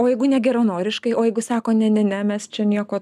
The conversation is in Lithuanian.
o jeigu negeranoriškai o jeigu sako ne ne ne mes čia nieko